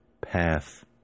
path